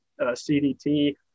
CDT